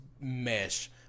mesh